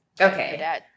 Okay